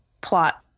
plot